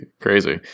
crazy